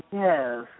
yes